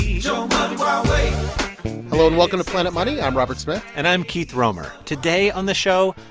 you know and welcome to planet money. i'm robert smith and i'm keith romer. today on the show,